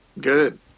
good